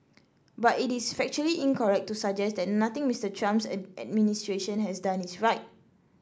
but it is factually incorrect to suggest that nothing Mr Trump's administration has done is right